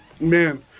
Man